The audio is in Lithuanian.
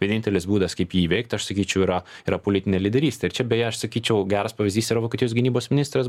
vienintelis būdas kaip jį įveikti aš sakyčiau yra yra politinė lyderystė ir čia beje aš sakyčiau geras pavyzdys yra vokietijos gynybos ministras